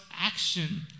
action